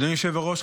אדוני היושב-ראש,